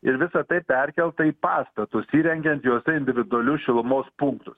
ir visa tai perkelta į pastatus įrengiant jose individualių šilumos punktus